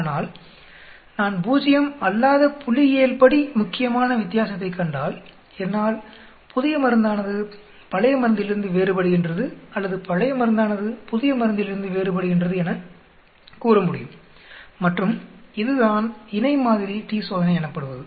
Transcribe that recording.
ஆனால் நான் பூஜ்ஜியம் அல்லாத புள்ளியியல்படி முக்கியமான வித்தியாசத்தைக் கண்டால் என்னால் புதிய மருந்தானது பழைய மருந்திலிருந்து வேறுபடுகின்றது அல்லது பழைய மருந்தானது புதிய மருந்திலிருந்து வேறுபடுகின்றது எனக் கூற முடியும் மற்றும் இதுதான் இணை மாதிரி t சோதனை எனப்படுவது